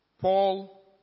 Paul